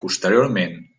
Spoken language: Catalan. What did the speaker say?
posteriorment